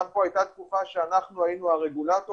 גם פה הייתה תקופה שאנחנו היינו הרגולטור,